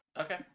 Okay